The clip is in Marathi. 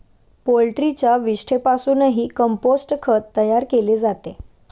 पोल्ट्रीच्या विष्ठेपासूनही कंपोस्ट खत तयार केले जाते